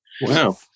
wow